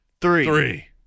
three